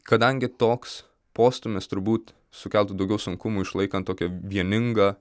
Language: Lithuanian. kadangi toks postūmis turbūt sukeltų daugiau sunkumų išlaikant tokią vieningą